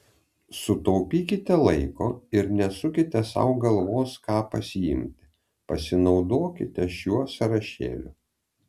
sutaupykite laiko ir nesukite sau galvos ką pasiimti pasinaudokite šiuo sąrašėliu